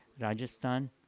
Rajasthan